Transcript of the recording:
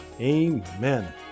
Amen